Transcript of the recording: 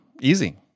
easy